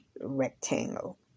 rectangle